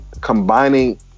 combining